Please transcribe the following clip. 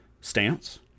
stance